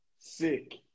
Sick